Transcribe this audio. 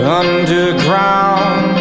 underground